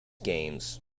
games